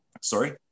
sorry